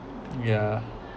yeah